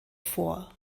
vor